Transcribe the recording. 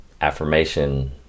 affirmation